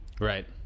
Right